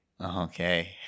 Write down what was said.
Okay